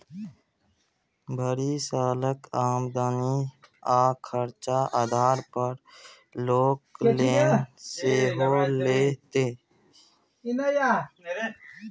भरि सालक आमदनी आ खरचा आधार पर लोक लोन सेहो लैतै